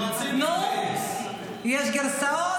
נו, יש גרסאות?